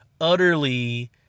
utterly